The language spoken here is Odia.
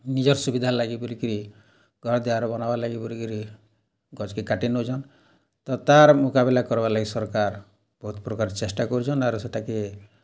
ନିଜର୍ ସୁବିଧା ଲାଗିକରିକିରୀ ଘରଦ୍ୱାର୍ ବନାବାର୍ ଲାଗିକରିକରି ଗଛ୍ କେ କାଟି ନୋଉଛନ୍ ତ ତାର୍ ମୁକାବିଲା କରବାର୍ ଲାଗି ସରକାର୍ ବୋହୁତ୍ ପ୍ରକାର୍ ଚେଷ୍ଟା କରୁଛନ୍ ଆର୍ ସେଟା କେ